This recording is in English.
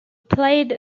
played